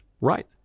Right